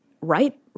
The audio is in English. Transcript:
right